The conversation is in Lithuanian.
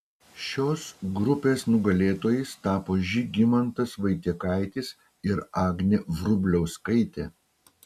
šios grupės nugalėtojais tapo žygimantas vaitiekaitis ir agnė vrubliauskaitė